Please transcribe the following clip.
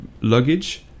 luggage